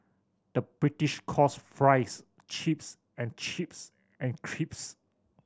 the British calls fries chips and chips and